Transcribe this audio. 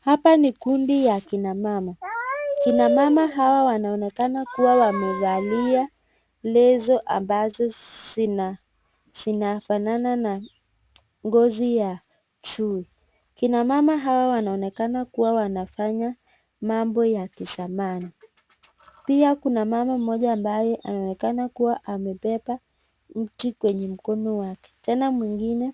Hapa ni kundi ya kina mama, kina mama hawa wnaonekana kuwa wamevalia leso ambazo zinafana na ngozi ya chui, kina mama hawa wanaonekana kuwa wanafanya mambo ya kizamani, pia kuna mama mmoja ambaye anaonekana kuwa amebeba mti kwenye mkono wake, tena mwingine